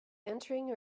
entering